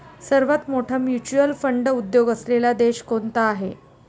सर्वात मोठा mutual fund उद्योग असलेला देश कोणता आहे?